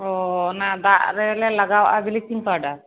ᱚᱻ ᱚᱱᱟ ᱫᱟᱜ ᱨᱮᱞᱮ ᱞᱟᱜᱟᱣᱟᱜ ᱟᱜ ᱵᱤᱞᱪᱤᱝ ᱯᱟᱣᱰᱟᱨ